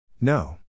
No